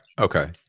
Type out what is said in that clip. Okay